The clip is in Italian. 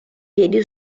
piedi